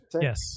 Yes